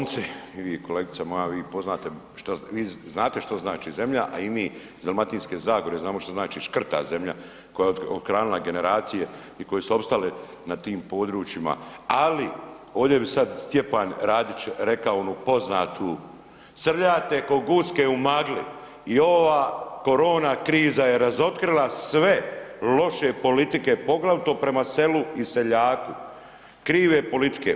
Vi Slavonci i vi kolegice moja, vi poznate, vi znate što znači zemlja, a i mi iz Dalmatinske zagore znamo što znači škrta zemlja koja je othranila generacije i koje su opstale na tim područjima, ali ovdje bi sad Stjepan Radić rekao onu poznatu srljate ko guske u magli i ova korona kriza je razotkrila sve loše politike, poglavito prema selu i seljaku, krive politike.